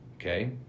okay